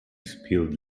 spilled